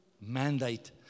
mandate